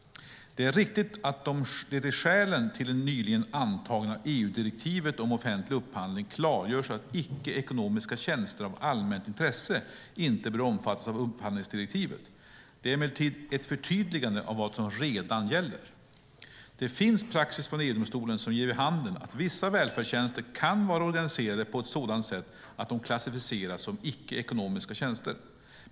Det är riktigt att det i skälen till det nyligen antagna EU-direktivet om offentlig upphandling klargörs att icke-ekonomiska tjänster av allmänt intresse inte bör omfattas av upphandlingsdirektivet. Det är emellertid ett förtydligande av vad som redan gäller. Det finns praxis från EU-domstolen som ger vid handen att vissa välfärdstjänster kan vara organiserade på ett sådant sätt att de klassificeras som icke-ekonomiska tjänster.